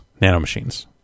nanomachines